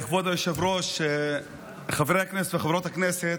כבוד היושב-ראש, חברי הכנסת וחברות הכנסת,